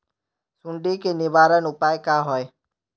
सुंडी के निवारण उपाय का होए?